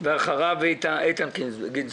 ואחריו איתן גינזבורג.